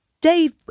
Dave